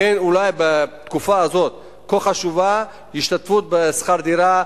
לכן אולי בתקופה הזאת כה חשובה השתתפות בשכר דירה,